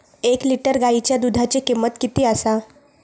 एक लिटर गायीच्या दुधाची किमंत किती आसा?